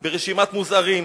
ברשימת מוזהרים,